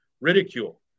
ridicule